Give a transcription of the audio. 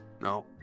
No